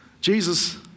Jesus